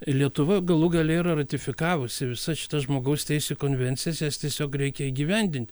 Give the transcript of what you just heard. lietuva galų gale yra ratifikavusi visas šitas žmogaus teisių konvencijas jas tiesiog reikia įgyvendint